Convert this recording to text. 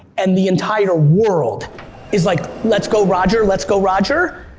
and the entire world is like, let's go, roger, let's go, roger,